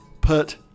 put